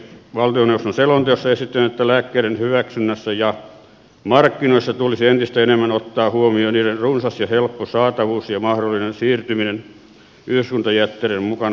valtioneuvoston selonteossa esitetään että lääkkeiden hyväksynnässä ja markkinoinnissa tulisi entistä enemmän ottaa huomioon niiden runsas ja helppo saatavuus ja mahdollinen siirtyminen yhdyskuntajätteiden mukana luontoon